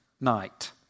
night